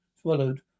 swallowed